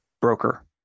broker